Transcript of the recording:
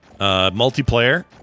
Multiplayer